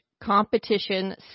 competition